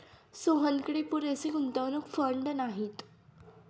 सोहनकडे पुरेसे गुंतवणूक फंड नाहीत